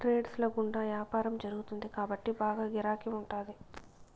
trades ల గుండా యాపారం జరుగుతుంది కాబట్టి బాగా గిరాకీ ఉంటాది